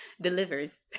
delivers